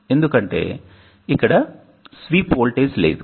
ఎందుకంటే ఇక్కడ sweep voltage లేదు